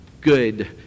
good